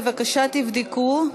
בבקשה תבדקו.